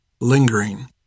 lingering